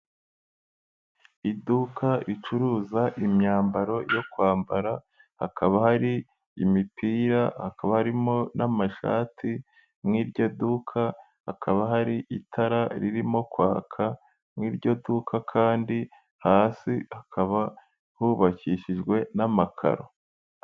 Iduka ricururuza imyambaro yo kwambara, hakaba hari imipira, akaba arimo n'amashati, muri iryo duka hakaba hari itara ririmo kwaka muri iryo duka kandi hasi hakaba hubakishijwe n'amakaro.